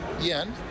yen